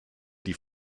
die